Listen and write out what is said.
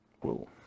Whoa